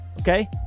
okay